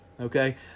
okay